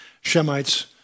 Shemites